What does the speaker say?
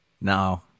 No